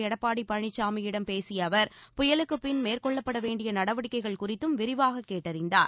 எடப்பாடி பழனிசாமியிடம் பேசிய அவர் புயலுக்குப் பின் மேற்கொள்ளப்பட வேண்டிய நடவடிக்கைகள் குறித்தும் விரிவாக கேட்டறிந்தார்